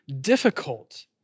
difficult